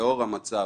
ולאור המצב,